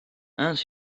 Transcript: and